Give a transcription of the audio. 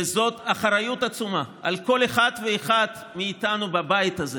וזו אחריות עצומה על כל אחד ואחת מאיתנו בבית הזה